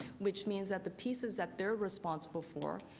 which means that the pieces that they are responsible for,